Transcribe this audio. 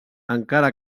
encara